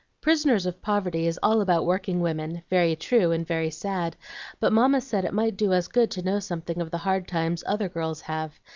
prisoners of poverty is all about workingwomen, very true and very sad but mamma said it might do us good to know something of the hard times other girls have,